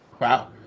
Wow